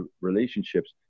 relationships